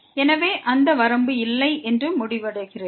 எனவே அந்த வரம்பு இல்லை என்று முடிவடைகிறது